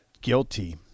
guilty